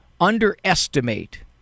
underestimate